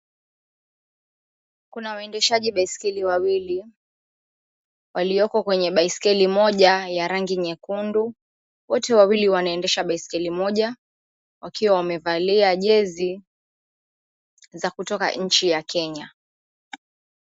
Kuna waendeshaji baiskeli wawili. Walioko kwenye baiskeli moja ya rangi nyekundu. Wote wawili wanaendesha baiskeli moja 𝑤akiwa wamevalia jezi za kutoka nchi ya Kenya.